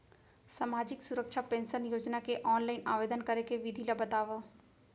सामाजिक सुरक्षा पेंशन योजना के ऑनलाइन आवेदन करे के विधि ला बतावव